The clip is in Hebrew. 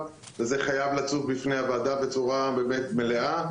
וזה חייב לצוף בפני הוועדה בצורה באמת מלאה.